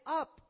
up